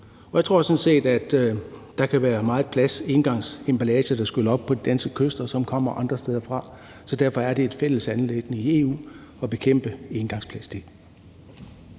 set, at der kan være meget engangsplastemballage, der skyller op på de danske kyster, som kommer andre steder fra, så derfor er det et fælles anliggende i EU at bekæmpe engangsplast.